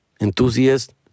enthusiast